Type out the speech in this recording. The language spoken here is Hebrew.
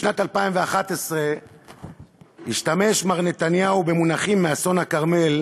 בשנת 2011 השתמש מר נתניהו במונחים מאסון הכרמל,